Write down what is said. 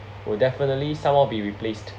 will definitely somewhat be replaced